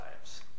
lives